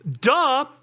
Duh